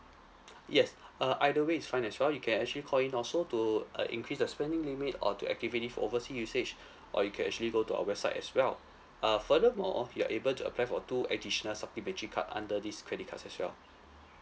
yes uh either way it's fine as well you can actually call in also to uh increase the spending limit or to activate it for oversea usage or you can actually go to our website as well uh furthermore you're able to apply for two additional supplementary card under this credit cards as well